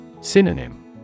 Synonym